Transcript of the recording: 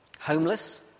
Homeless